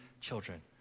children